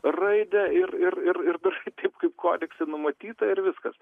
raidę ir ir ir darai taip kaip kodekse numatyta ir viskas